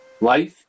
Life